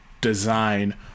design